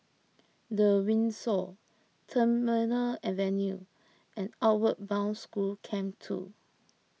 the Windsor Terminal Avenue and Outward Bound School Camp two